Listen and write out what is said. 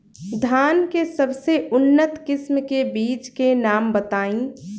धान के सबसे उन्नत किस्म के बिज के नाम बताई?